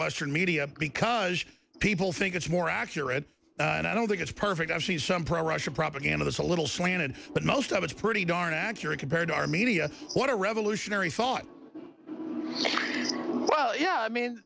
western media because people think it's more accurate and i don't think it's perfect she's some pro russian propaganda it's a little slanted but most of it's pretty darn accurate compared to our media what a revolutionary thought well yeah i mean